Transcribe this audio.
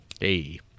Hey